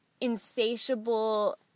insatiable